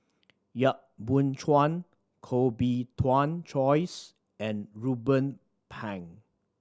Yap Boon Chuan Koh Bee Tuan Joyce and Ruben Pang